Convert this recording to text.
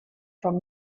from